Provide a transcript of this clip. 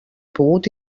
pogut